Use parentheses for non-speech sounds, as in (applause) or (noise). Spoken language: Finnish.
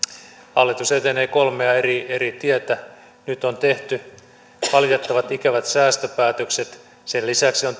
hallitus etenee kolmea eri eri tietä nyt on tehty valitettavat ikävät säästöpäätökset sen lisäksi on (unintelligible)